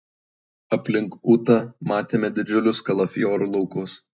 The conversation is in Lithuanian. aplink ūtą matėme didžiulius kalafiorų laukus